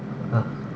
ah